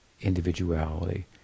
individuality